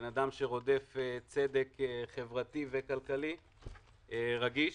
שרודף צדק חברתי וכלכלי, רגיש,